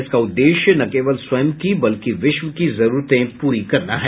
इसका उद्देश्य न केवल स्वयं की बल्कि विश्व की जरूरतें पूरी करना है